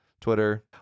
Twitter